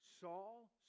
Saul